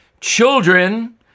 Children